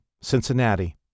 Cincinnati